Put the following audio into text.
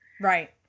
Right